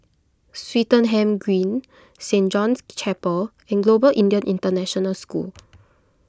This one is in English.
Swettenham Green Saint John's Chapel and Global Indian International School